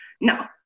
No